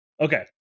okay